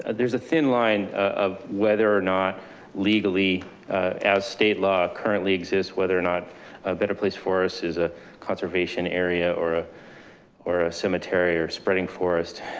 there's a thin line of whether or not legally as state law currently exists, whether or not a better place forest is a conservation area or or a cemetery or spreading forest.